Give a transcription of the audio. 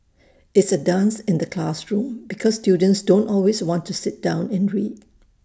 it's A dance in the classroom because students don't always want to sit down and read